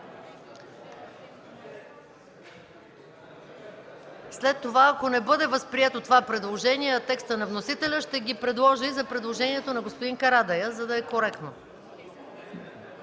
След това, ако не бъде възприето това предложение, а текстът на вносителя, ще ги предложа и за предложението на господин Карадайъ, за да е коректно.